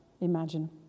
imagine